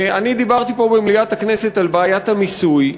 אני דיברתי פה, במליאת הכנסת, על בעיית המיסוי.